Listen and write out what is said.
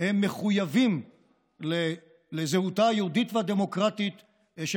מחויבים לזהותה היהודית והדמוקרטית של